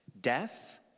death